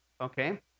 okay